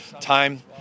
time